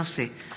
נורית קורן,